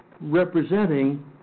representing